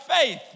faith